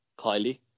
Kylie